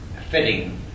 fitting